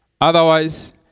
Otherwise